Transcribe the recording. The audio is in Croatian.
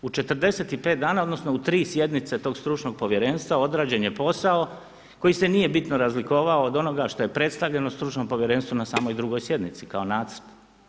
U 45 dana odnosno u 3 sjednice tog stručnog povjerenstva odrađen je posao koji se nije bitno razlikovao od onoga što je predstavljeno stručnom povjerenstvu na samoj drugoj sjednici kao nacrt.